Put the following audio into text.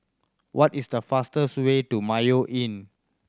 what is the fastest way to Mayo Inn